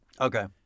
Okay